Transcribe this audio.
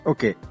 Okay